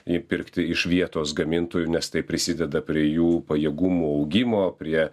įpirkti iš vietos gamintojų nes tai prisideda prie jų pajėgumų augimo prie